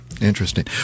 Interesting